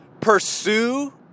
pursue